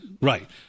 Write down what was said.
Right